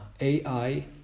AI